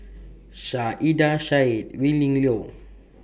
Saiedah Said Willin Liew